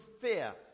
fear